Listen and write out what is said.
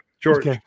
George